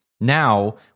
Now